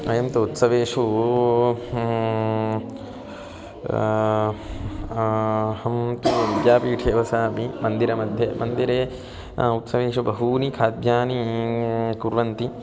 अयं तु उत्सवेषु अहं तु विद्यापीठे वसामि मन्दिरमध्ये मन्दिरे उत्सवेषु बहूनि खाद्यानी कुर्वन्ति